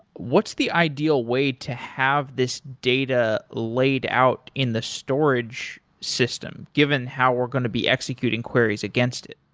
what's the ideal way to have this data laid out in the storage system given how we're going to be executing queries against it?